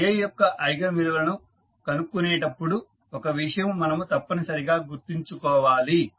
A యొక్క eigen విలువలను కొనుక్కొనేటప్పుడు ఒక విషయం మనము తప్పనిసరిగా గుర్తుంచుకోవాలి